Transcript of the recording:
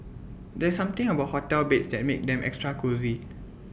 there's something about hotel beds that makes them extra cosy